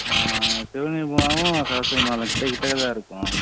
சிவகங்கை பூங்காவும் சரஸ்வதி மகாலும் கிட்டேக்கிட்டக்க தான் இருக்கும்